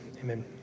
Amen